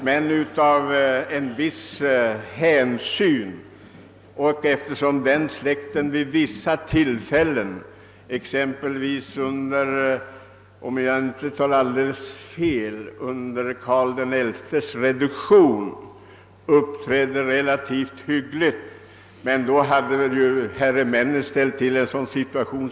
Jag vill dock visa hänsyn i synnerhet som denna släkt vid vissa tillfällen — exempelvis under, om jag inte tar alldeles fel, Karl XI:s reduktion — uppträdde relativt hyggligt. Då hade emellertid herremännen åstadkommit en ohållbar situation.